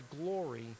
glory